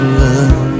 love